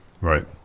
Right